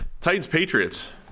Titans-Patriots